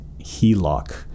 HELOC